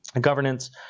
Governance